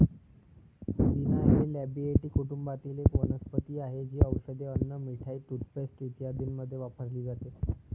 पुदिना हे लॅबिएटी कुटुंबातील एक वनस्पती आहे, जी औषधे, अन्न, मिठाई, टूथपेस्ट इत्यादींमध्ये वापरली जाते